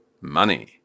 Money